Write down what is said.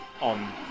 on